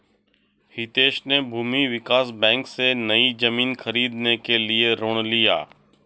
हितेश ने भूमि विकास बैंक से, नई जमीन खरीदने के लिए ऋण लिया